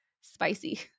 spicy